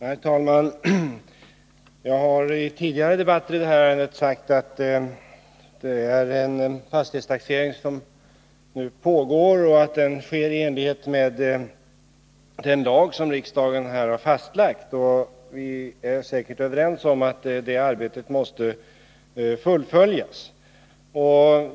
Herr talman! Jag har i tidigare debatter i detta ärende sagt att det pågår en fastighetstaxering och att den sker i enlighet med den lag som riksdagen har antagit. Vi är säkert överens om att detta arbete måste fullföljas.